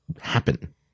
happen